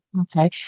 Okay